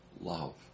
love